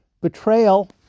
Betrayal